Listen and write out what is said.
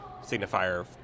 signifier